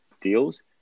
deals